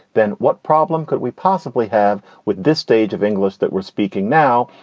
then what problem could we possibly have with this stage of english that we're speaking now,